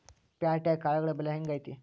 ಪ್ಯಾಟ್ಯಾಗ್ ಕಾಳುಗಳ ಬೆಲೆ ಹೆಂಗ್ ಐತಿ?